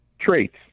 traits